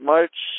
March